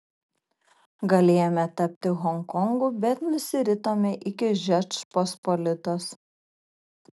galėjome tapti honkongu bet nusiritome iki žečpospolitos